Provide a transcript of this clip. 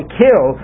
kill